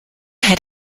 had